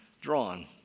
drawn